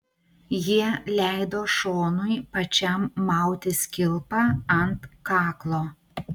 jie leido šonui pačiam mautis kilpą ant kaklo